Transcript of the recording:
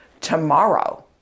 tomorrow